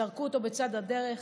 זרקו אותו בצד הדרך,